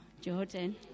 Jordan